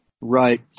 right